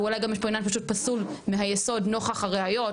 ואולי יש פה גם עניין פשוט פסול מהיסוד נוכח הראיות,